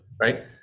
right